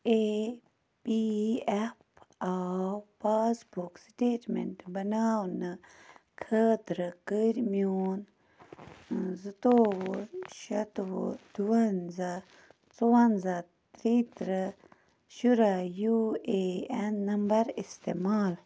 A P F آو passbook statement بناونہٕ خٲطرٕ کٔرۍ میٛون زٕتوٚوُہ شَتھوُہ دُوَنٛزاہ ژُوَنٛزاہ تیٚترٕٛہ شُراہ یوٗ اےٚ این نمبر اِستعمال